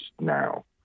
now